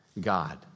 God